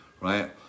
right